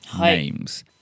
Names